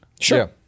Sure